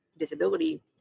disability